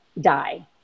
die